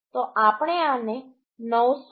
તો આપણે આને 900